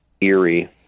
eerie